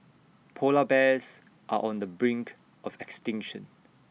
Polar Bears are on the brink of extinction